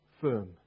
firm